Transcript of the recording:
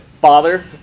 father